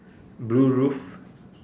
blue roof